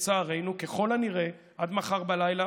לצערנו ככל הנראה עד מחר בלילה,